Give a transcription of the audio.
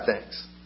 thanks